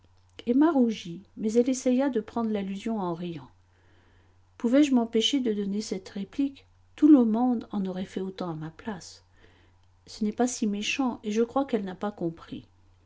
emma rougit mais elle essaya de prendre l'allusion en riant pouvais-je m'empêcher de donner cette réplique tout le monde en aurait fait autant à ma place ce n'est pas si méchant et je crois qu'elle n'a pas compris